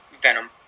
Venom